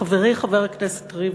חברי חבר הכנסת ריבלין,